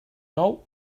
nou